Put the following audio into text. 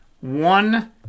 one